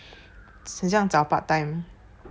很像找 part time